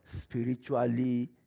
Spiritually